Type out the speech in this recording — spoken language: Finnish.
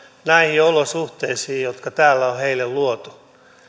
näihin olosuhteisiin jotka täällä on heille luotu